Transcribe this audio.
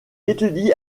étudie